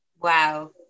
Wow